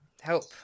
help